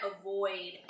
avoid